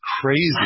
crazy